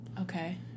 Okay